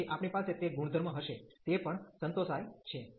તેથી આપણી પાસે તે ગુણધર્મ હશે તે પણ સંતોષાય છે